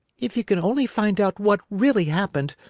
if you can only find out what really happened,